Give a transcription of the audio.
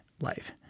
life